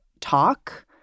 talk